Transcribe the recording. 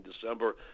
December